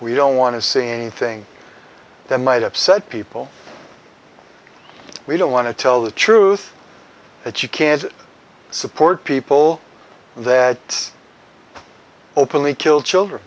we don't want to see anything that might upset people we don't want to tell the truth that you can't support people that openly kill children